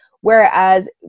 whereas